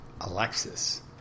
Alexis